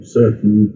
certain